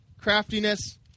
craftiness